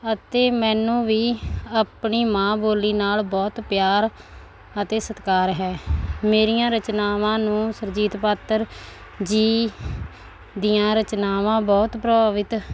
ਅਤੇ ਮੈਨੂੰ ਵੀ ਆਪਣੀ ਮਾਂ ਬੋਲੀ ਨਾਲ ਬਹੁਤ ਪਿਆਰ ਅਤੇ ਸਤਿਕਾਰ ਹੈ ਮੇਰੀਆਂ ਰਚਨਾਵਾਂ ਨੂੰ ਸੁਰਜੀਤ ਪਾਤਰ ਜੀ ਦੀਆਂ ਰਚਨਾਵਾਂ ਬਹੁਤ ਪ੍ਰਭਾਵਿਤ